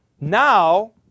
Now